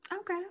Okay